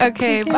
Okay